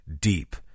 deep